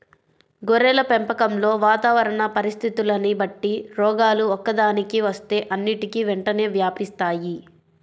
గొర్రెల పెంపకంలో వాతావరణ పరిస్థితులని బట్టి రోగాలు ఒక్కదానికి వస్తే అన్నిటికీ వెంటనే వ్యాపిస్తాయి